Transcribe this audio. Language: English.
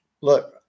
look